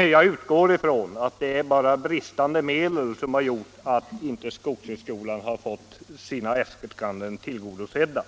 jag utgår från att det enbart är brist på medel som gjort att skogshögskolan inte fått sina äskanden tillgodosedda.